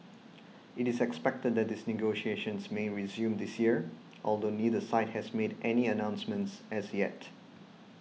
it is expected that these negotiations may resume this year although neither side has made any announcements as yet